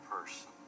person